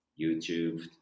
YouTube